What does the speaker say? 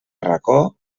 racó